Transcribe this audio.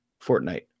Fortnite